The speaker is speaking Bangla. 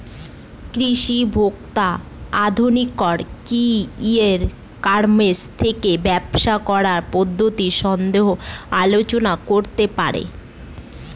কৃষি ভোক্তা আধিকারিক কি ই কর্মাস থেকে ব্যবসা করার পদ্ধতি সম্বন্ধে আলোচনা করতে পারে?